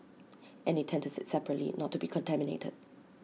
and they tend to sit separately not to be contaminated